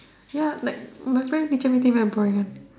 ya like my parents teacher meeting very boring one